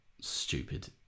stupid